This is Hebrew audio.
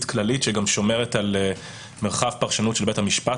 כללית שגם שומרת על מרחב פרשנות של בית המשפט,